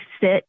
sit